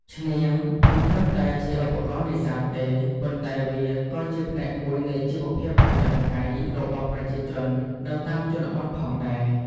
ឈ្នាង មិនត្រឹមតែជាឧបករណ៍នេសាទទេ ប៉ុន្តែវាក៏ជាផ្នែកមួយនៃជីវភាពប្រចាំថ្ងៃរបស់ប្រជាជននៅតាមជនបទផងដែរ។